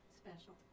special